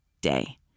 day